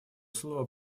слово